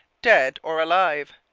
dead or alive.